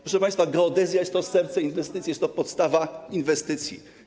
Proszę państwa, geodezja jest to serce inwestycji, jest to podstawa inwestycji.